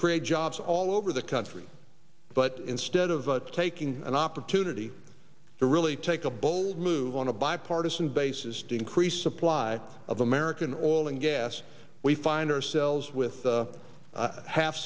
create jobs all over the country but instead of taking an opportunity to really take a bold move on a bipartisan basis to increase supply of american oil and gas we find ourselves with the half